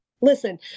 Listen